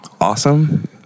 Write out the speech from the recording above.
Awesome